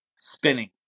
spinning